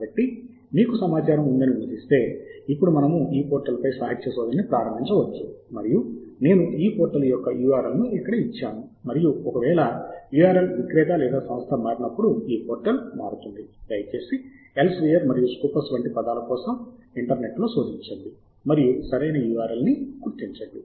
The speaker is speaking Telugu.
కాబట్టి మీకు సమాచారం ఉందని ఊహిస్తే ఇప్పుడు మనము ఈ పోర్టల్ పై సాహిత్య శోధనని ప్రారంభించవచ్చు మరియు నేను ఈ పోర్టల్ యొక్క URL ను ఇక్కడ ఇచ్చాను మరియు ఒకవేళ URL విక్రేత లేదా సంస్థ మారినప్పుడు ఈ పోర్టల్ మారుతుంది దయచేసి ఎల్సెవియర్ మరియు స్కోపస్ వంటి పదాల కోసం ఇంటర్నెట్లో శోధించండి మరియు సరైన URL ని గుర్తించండి